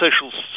social